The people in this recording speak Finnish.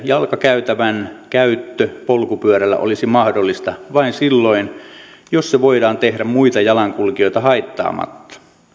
jalkakäytävän käyttö polkupyörällä olisi mahdollista vain silloin jos se voidaan tehdä muita jalankulkijoita haittaamatta